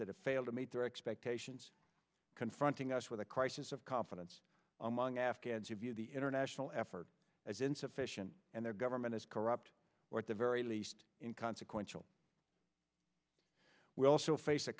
that have failed to meet their expectations confronting us with a crisis of confidence among afghans who view the international effort as insufficient and their government is corrupt or at the very least in consequential we also face a